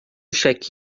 check